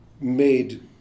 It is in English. made